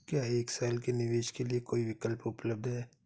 क्या एक साल के निवेश के लिए कोई विकल्प उपलब्ध है?